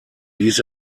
ließ